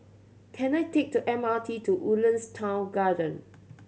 can I take the M R T to Woodlands Town Garden